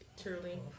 truly